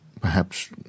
Perhaps